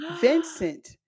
Vincent